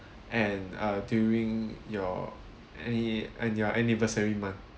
and uh during your any and your anniversary month